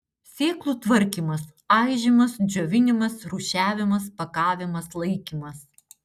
sėklų tvarkymas aižymas džiovinimas rūšiavimas pakavimas laikymas